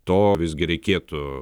to visgi reikėtų